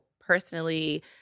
personally